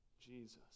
Jesus